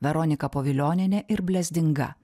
veronika povilionienė ir blezdinga